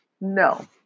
No